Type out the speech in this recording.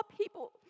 people